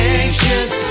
anxious